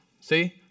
See